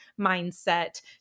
mindset